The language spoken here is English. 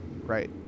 right